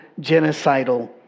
genocidal